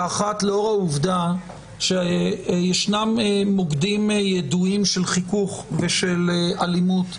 האחת לאור העובדה שישנם מוקדים ידועים של חיכוך ושל אלימות,